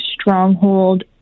stronghold